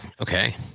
okay